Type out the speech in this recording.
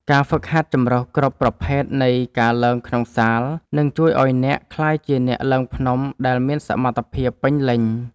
ការហ្វឹកហាត់ចម្រុះគ្រប់ប្រភេទនៃការឡើងក្នុងសាល នឹងជួយឱ្យអ្នកក្លាយជាអ្នកឡើងភ្នំដែលមានសមត្ថភាពពេញលេញ។